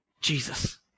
Jesus